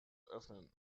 öffnen